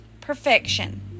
perfection